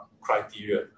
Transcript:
criteria